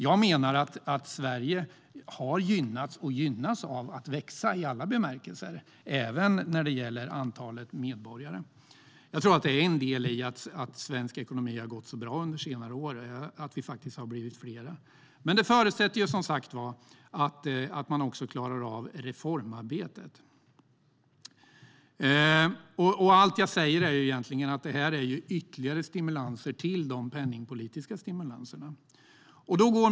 Jag menar att Sverige har gynnats och gynnas av att växa i alla bemärkelser, även när det gäller antalet medborgare. Jag tror att en del i att svensk ekonomi har gått så bra under senare år är att vi har blivit fler. Men detta förutsätter som sagt att man klarar av reformarbetet. Allt jag säger är egentligen att detta är ytterligare stimulanser utöver de penningpolitiska stimulanserna.